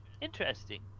Interesting